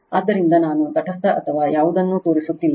ಆದ್ದರಿಂದ ನಾನು ತಟಸ್ಥ ಅಥವಾ ಯಾವುದನ್ನೂ ತೋರಿಸುತ್ತಿಲ್ಲ